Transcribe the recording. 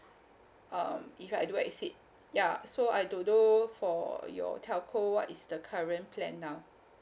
um if I do exceed ya so I don't know for your telco what is the current plan now